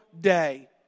day